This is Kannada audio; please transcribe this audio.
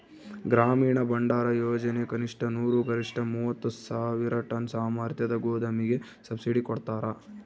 ಗ್ರಾಮೀಣ ಭಂಡಾರಯೋಜನೆ ಕನಿಷ್ಠ ನೂರು ಗರಿಷ್ಠ ಮೂವತ್ತು ಸಾವಿರ ಟನ್ ಸಾಮರ್ಥ್ಯದ ಗೋದಾಮಿಗೆ ಸಬ್ಸಿಡಿ ಕೊಡ್ತಾರ